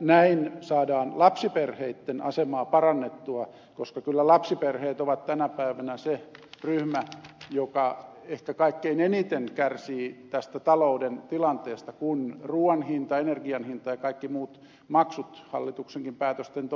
näin saadaan lapsiperheitten asemaa parannettua koska kyllä lapsiperheet ovat tänä päivänä se ryhmä joka ehkä kaikkein eniten kärsii tästä talouden tilanteesta kun ruuan hinta energian hinta ja kaikki muut maksut hallituksenkin päätösten